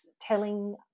telling